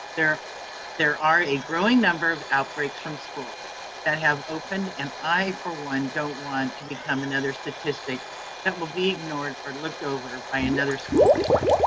there there are a growing number of outbreaks from schools that have opened. and i for one don't want to become another statistic that will be ignored or looked over by another school district.